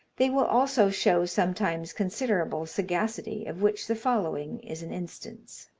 they will also show sometimes considerable sagacity, of which the following is an instance